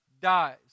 dies